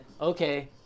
okay